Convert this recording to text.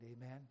amen